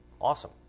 Awesome